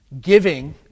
Giving